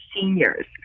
seniors